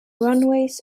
runways